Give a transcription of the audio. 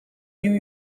new